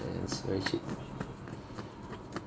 yes very cheap